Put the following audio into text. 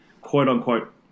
quote-unquote